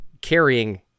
carrying